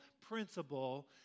principle